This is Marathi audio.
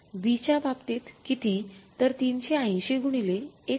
B च्या बाबतीत किती तर 380 गुणिले १